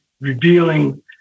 revealing